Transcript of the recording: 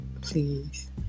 please